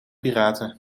piraten